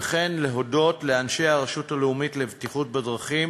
וכן להודות לאנשי הרשות הלאומית לבטיחות בדרכים